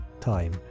time